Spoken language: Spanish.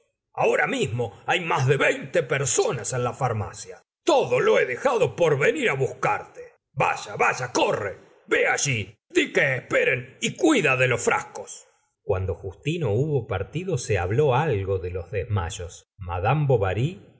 ahora mismo hay más de veinte personas en la farmacia todo lo he dejado por venir á buscarte vaya vaya corre ve aun di que esperen y cuida de los frascos cuando justino hubo partido se habló algo de los desmayos madame bovary